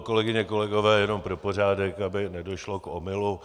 Kolegyně, kolegové, jenom pro pořádek, aby nedošlo k omylu.